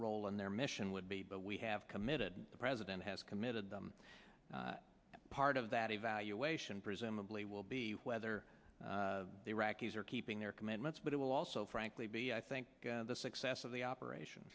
role in their mission would be but we have committed the president has committed part of that evaluation presumably will be whether iraqis are keeping their commitments but it will also frankly be i think the success of the operation